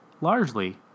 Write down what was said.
largely